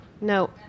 No